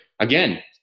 again